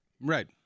Right